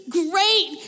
great